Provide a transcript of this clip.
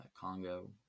Congo